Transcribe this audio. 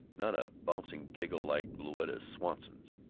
not a bouncing giggle like louetta swanson's.